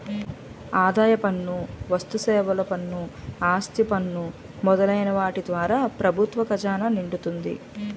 ఆదాయ పన్ను వస్తుసేవల పన్ను ఆస్తి పన్ను మొదలైన వాటి ద్వారా ప్రభుత్వ ఖజానా నిండుతుంది